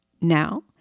Now